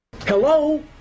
Hello